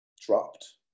dropped